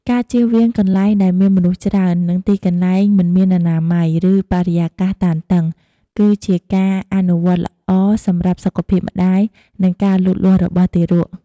ការជៀសវាងកន្លែងដែលមានមនុស្សច្រើន និងទីកន្លែងមិនមានអនាម័យ ឬបរិយាកាសតានតឹង គឺជាការអនុវត្តល្អសម្រាប់សុខភាពម្តាយ និងការលូតលាស់របស់ទារក។